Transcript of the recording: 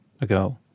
ago